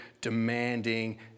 demanding